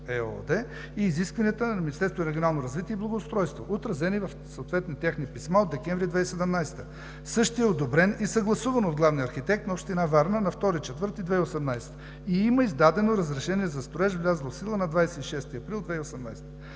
ЕООД и изискванията на Министерството на регионалното развитие и благоустройството, отразени в съответни техни писма от декември 2017 г. Същият е одобрен и съгласуван от главния архитект на Община Варна на 2 април 2018 г. и има издадено разрешение за строеж, влязло в сила на 26 април 2018